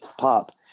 pop